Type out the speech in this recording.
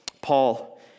Paul